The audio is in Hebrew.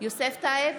יוסף טייב,